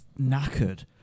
knackered